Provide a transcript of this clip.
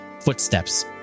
footsteps